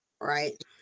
right